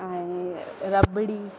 ऐं रबड़ी